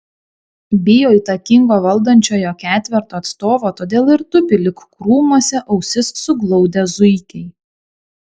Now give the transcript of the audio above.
bijo įtakingo valdančiojo ketverto atstovo todėl ir tupi lyg krūmuose ausis suglaudę zuikiai